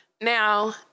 Now